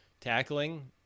tackling